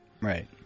right